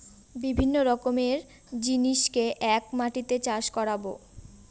বিভিন্ন রকমের জিনিসকে এক মাটিতে চাষ করাবো